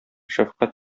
шәфкать